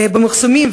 במחסומים,